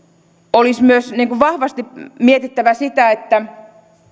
olisi myös vahvasti mietittävä sitä että